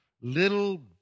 little